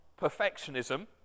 perfectionism